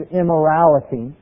immorality